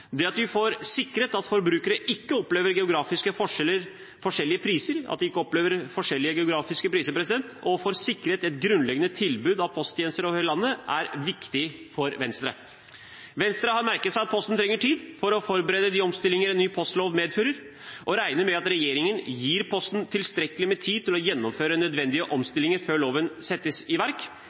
Det at vi får sikret at forbrukere ikke opplever geografisk forskjellige priser og får sikret et grunnleggende tilbud av posttjenester over hele landet, er viktig for Venstre. Venstre har merket seg at Posten trenger tid for å forberede de omstillingene en ny postlov medfører, og regner med at regjeringen gir Posten tilstrekkelig med tid til å gjennomføre nødvendige omstillinger før loven settes i verk.